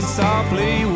softly